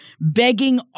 begging